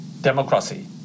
democracy